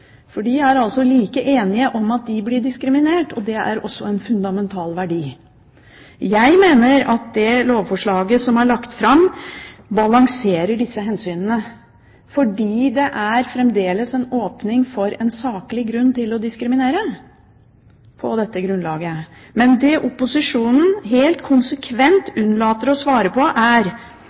diskriminert. De er like enige om at de blir diskriminert, og det er også snakk om en fundamental verdi. Jeg mener at det lovforslaget som er lagt fram, balanserer disse hensynene fordi det fremdeles er en åpning for en saklig grunn for å diskriminere på dette grunnlaget. Men det opposisjonen helt konsekvent unnlater å svare på, er: